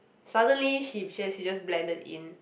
suddenly she she just blended in